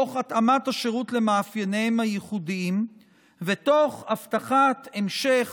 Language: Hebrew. תוך התאמת השירות למאפייניהם המיוחדים ותוך הבטחת המשך